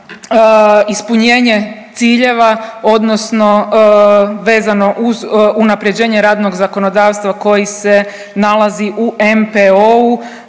ispunjenje ciljeva odnosno vezano uz unaprjeđenje radnog zakonodavstva koji se nalazi u NPOO-u